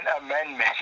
amendment